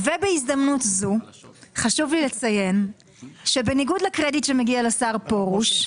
ובהזדמנות זו חשוב לי לציין שבניגוד לקרדיט שמגיע לשר פרוש,